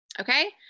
okay